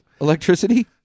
electricity